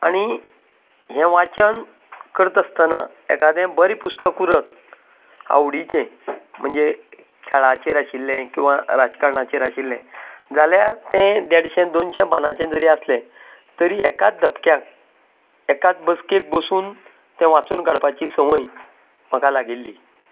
आनी हें वाचन करतासताना एकादें बरें पुस्तक उरत आवडीचें म्हणजे खेळाचेर आशिल्लें किंवां राजकारणाचेर आशिल्लें जाल्यार तें देडशें दोनशें पानाचें जरी आसलें तरी एकाच धपक्याक एकाच बसकेक बसून तें वाचून काडपाची संवयी म्हाका लागिल्ली